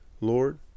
Lord